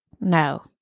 No